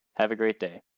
have a great day.